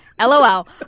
LOL